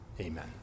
Amen